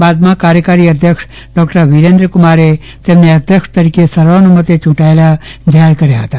બાદમાં કાર્યકારી અધ્યક્ષ ડોક્ટર વિરેન્દ્રકુમારે તેમને અધ્યક્ષ તરીકે સર્વાનુમતે ચૂંટાયેલા જાહેર કર્યા હતા